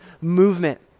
movement